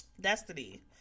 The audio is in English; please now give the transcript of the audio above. Destiny